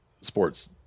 sports